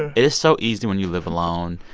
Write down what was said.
and it is so easy, when you live alone,